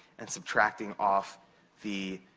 and subtracting off the